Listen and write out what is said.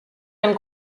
ein